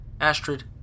Astrid